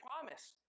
promise